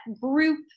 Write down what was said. group